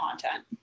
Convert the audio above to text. content